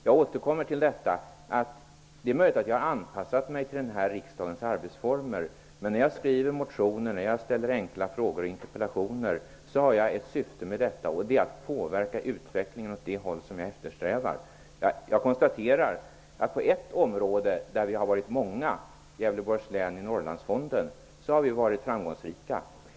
Jag återkommer till att det är möjligt att jag har anpassat mig till riksdagens arbetsformer, men när jag skriver motioner eller ställer enkla frågor och väcker interpellationer så har jag ett syfte, och det är att påverka utvecklingen åt det håll jag eftersträvar. Jag konstaterar att på ett område där vi har varit många -- gällande Gävleborgs län i Norrlandsfonden -- så har vi varit framgångsrika.